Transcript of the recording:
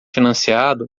financiado